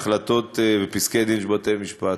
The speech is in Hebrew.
החלטות ופסקי-דין של בתי-משפט.